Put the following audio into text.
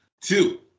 Two